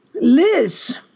Liz